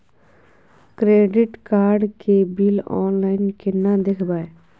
Credit card के bill online केना देखबय?